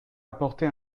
apporter